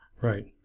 Right